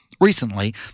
Recently